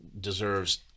deserves